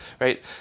right